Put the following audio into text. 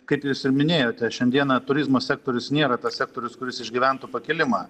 kaip jūs ir minėjote šiandieną turizmo sektorius nėra tas sektorius kuris išgyventų pakilimą